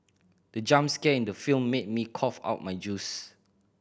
the jump scare in the film made me cough out my juice